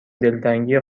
دلتنگی